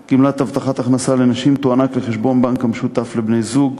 ולפיו גמלת הבטחת הכנסה לנשים תוענק לחשבון בנק המשותף לבני-זוג,